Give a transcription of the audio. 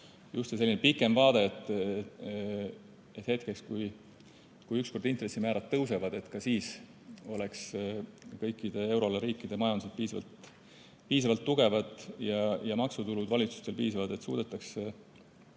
just pikem vaade, et selleks hetkeks, kui ükskord intressimäärad tõusevad, oleks kõikide euroala riikide majandused piisavalt tugevad ja maksutulud valitsustel piisavad, et suudetaks